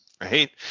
right